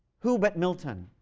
who but milton